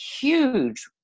huge